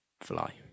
fly